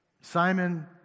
Simon